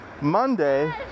Monday